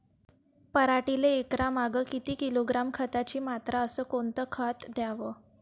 पराटीले एकरामागं किती किलोग्रॅम खताची मात्रा अस कोतं खात द्याव?